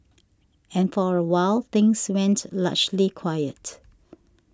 and for awhile things went largely quiet